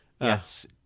Yes